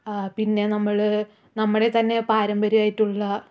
പിന്നെ നമ്മള് നമ്മുടെ തന്നെ പാരമ്പര്യമായിട്ടുള്ള